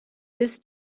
this